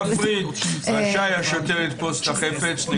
השוטר יתפוס את החפץ.